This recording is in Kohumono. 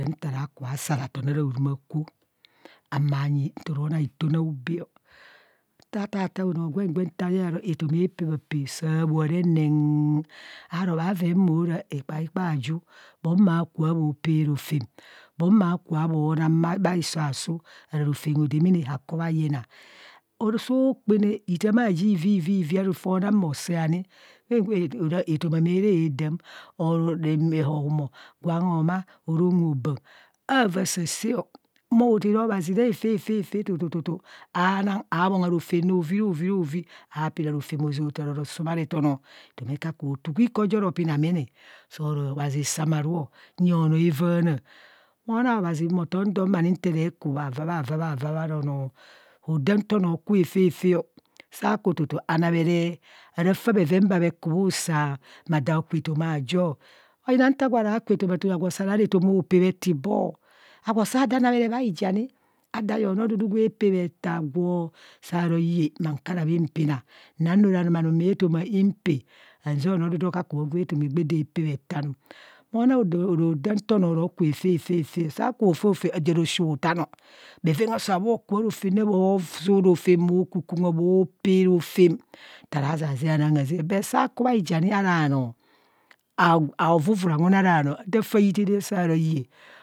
Ntaa raa kubha sarathon araa horumakwo, amanyi ntoro kubho ona itune aobee ọ saa taa taa onoo gwen gwen nta yee oro etoma aapebha pee saa boa re neng aram bhong mo ra ikpaikpo ju bong maa kubho bhọ bho pee rofem, bong mao, kubhọ bhọ nang bha iso aa suu area rofem hodamana hakubha yina. sao kpạnạ ithem aaji ivivii fọọ nang moo sẹẹ ani, kwen kwen ora etoma meera heedam or rạạmạ ho- humọ, gwan ho- maa eram ho- baan, aba sasaa ọ, humo hothạrạ obhazi re hefefe, tututu aanang abhongha rotem rovirovi rovi, aapina rofem ozạ otharao osumarethen o etoma ekakubho, otuu gwika ojo ro pina menee, sọọ aro obhazi samarou nyeng onoo avaana. Mona obhazi moo tomdo ma ni nte re ku bhava bhava ara nọọ, hodam nto onọọ oku hafafe ọ. Saa ku tutu anamere arafe bheven bhaeku bhusa ma do aku etoma jo. ayina nta gwo ara ku etoma tutu agwo saara ro agwo etoma opee etiblo, agwo saada namere bha yane adaa yeng anọọ dudu gwe pee etaa gwo. Saro iye ma kaara bhii pina anano ora anumanu mạạ toma impee azeng anoo dudu ogbọ ku bho gwạ etoma ạgbạ dạạ pee etaa anum. Mo nang arodam nta onọ oro ku hefefefe, saa ku hufofo oja ara oshutan ọ bheven asaa bho ku bha rofem re bho suu rofem bho kukuma bha pee rofem, ntara zazee anang hasaa o but saa ku bhaijane ara nọọ aovuvura ara nọọ adaa tạạ hitharaọ saa ro iye.